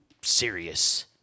serious